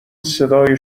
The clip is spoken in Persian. صدای